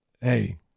hey